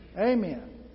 Amen